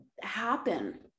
happen